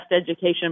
education